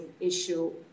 issue